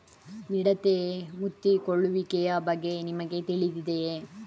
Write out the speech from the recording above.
ಮಿಡತೆ ಮುತ್ತಿಕೊಳ್ಳುವಿಕೆಯ ಬಗ್ಗೆ ನಿಮಗೆ ತಿಳಿದಿದೆಯೇ?